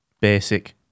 basic